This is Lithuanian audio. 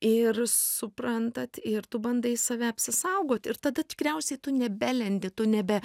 ir suprantat ir tu bandai save apsisaugot ir tada tikriausiai tu nebelendi tu nebe